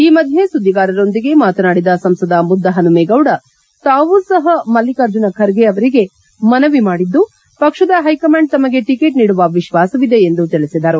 ಈ ಮಧ್ಯೆ ಸುದ್ದಿಗಾರರೊಂದಿಗೆ ಮಾತನಾಡಿದ ಸಂಸದ ಮುದ್ದಹನುಮೇಗೌಡ ತಾವೂ ಸಹಾ ಮಲ್ಲಿಕಾರ್ಜುನ ಖರ್ಗೆ ಅವರಿಗೆ ಮನವಿ ಮಾಡಿಕೊಂಡಿದ್ದು ಪಕ್ಷದ ಹೈಕಮಾಂಡ್ ತಮಗೇ ಟಿಕೆಟ್ ನೀಡುವ ವಿಶ್ವಾಸವಿದೆ ಎಂದು ತಿಳಿಸಿದರು